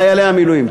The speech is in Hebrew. לחיילי המילואים.